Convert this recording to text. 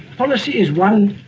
policy is one,